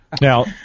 Now